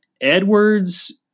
Edwards